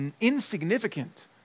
insignificant